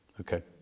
Okay